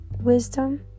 wisdom